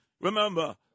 Remember